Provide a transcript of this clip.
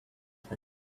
thing